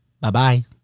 Bye-bye